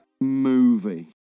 movie